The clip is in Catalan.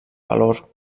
valor